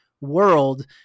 world